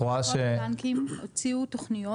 את רואה --- כל הבנקים הוציאו תוכניות